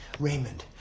raymond.